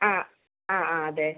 ആ ആ ആ അതെ